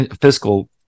fiscal